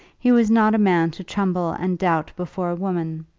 he was not a man to tremble and doubt before a woman.